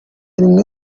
rimwe